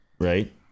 right